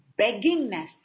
beggingness